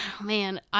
man